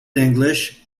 english